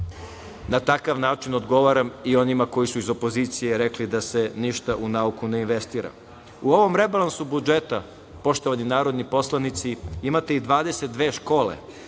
na takav način odgovaram i onima koji su iz opozicije rekli da se ništa u nauku ne investira.U ovom rebalansu budžeta, poštovani narodni poslanici, imate i 22 škole: